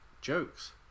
jokes